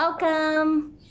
Welcome